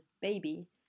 baby